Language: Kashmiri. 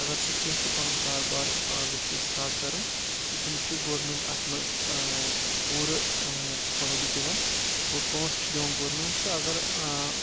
اَگر سُہ کیٚنٛہہ تہِ پَنُن کاروبار ییٚژھِ سَٹارٹ کَرُن تہٕ تٔمِس چھُ گورمینٛٹ اَتھ منٛز پوٗرٕ فٲیِدٕ دِوان پونسہٕ چھُ دِوان گورمینٛٹ تہٕ اَگر